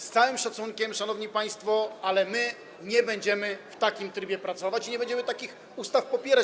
Z całym szacunkiem, szanowni państwo, ale my nie będziemy w takim trybie pracować i nie będziemy takich ustaw popierać.